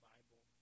Bible